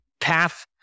path